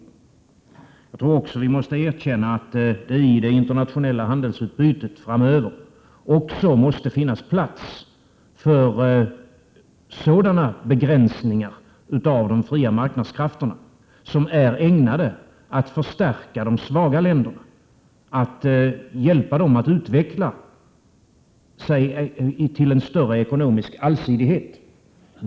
Jag tror också vi måste erkänna att det i det internationella handelsutbytet framöver också måste finnas plats för sådana begränsningar av de fria marknadskrafterna som är ägnade att förstärka de svaga länderna, att hjälpa dem att utveckla sig till en större ekonomisk allsidighet.